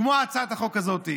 כמו בהצעת החוק הזאת.